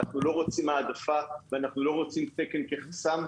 אנחנו לא רוצים העדפה ואנחנו לא רוצים תקן כחסם,